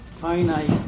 finite